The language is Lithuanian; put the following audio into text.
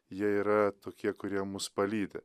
jie yra tokie kurie mus palydi